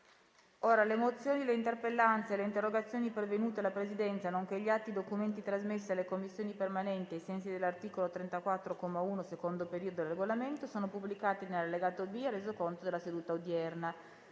Le mozioni, le interpellanze e le interrogazioni pervenute alla Presidenza, nonché gli atti e i documenti trasmessi alle Commissioni permanenti ai sensi dell'articolo 34, comma 1, secondo periodo, del Regolamento sono pubblicati nell'allegato B al Resoconto della seduta odierna.